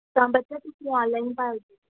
ਤਾਂ ਬੱਚੇ ਤੁਸੀਂ ਔਨਲਾਈਨ ਭਰ